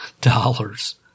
dollars